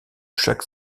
chaque